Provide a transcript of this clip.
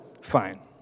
fine